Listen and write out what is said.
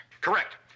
Correct